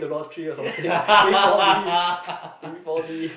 yeah